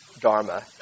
Dharma